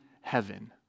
heaven